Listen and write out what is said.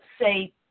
say